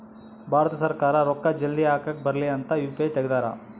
ಭಾರತ ಸರ್ಕಾರ ರೂಕ್ಕ ಜಲ್ದೀ ಹಾಕಕ್ ಬರಲಿ ಅಂತ ಯು.ಪಿ.ಐ ತೆಗ್ದಾರ